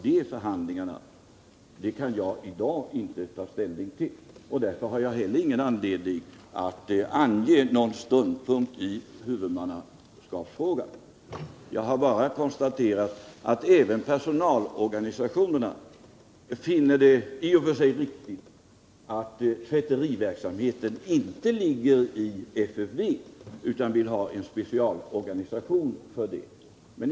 De förhandlingarna kan jag alltså i dag inte ta ställning till. Därför har jag inte heller anledning att ange någon ståndpunkt i huvudmannaskapsfrågan. Jag har bara konstaterat att även personalorganisationerna finner det i och för sig riktigt att tvätteriverksamheten läggs utanför FFV. De vill ha en specialorganisation härför.